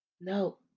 No